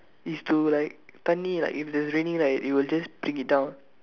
is to like tell me like if there's raining right it will just bring it down